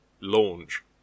launch